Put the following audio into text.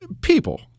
People